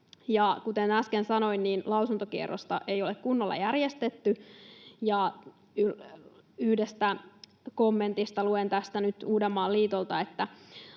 Kuten äsken sanoin, lausuntokierrosta ei ole kunnolla järjestetty. Luen tästä nyt yhdestä kommentista Uudenmaan liitolta: